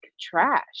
trash